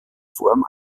form